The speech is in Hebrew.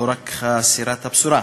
לא רק חסרת הבשורה,